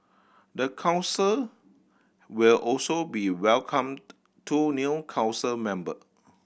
the council will also be welcomed two new council member